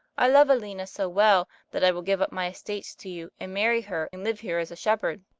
i love aliena so well, that i will give up my estates to you and marry her, and live here as a shepherd.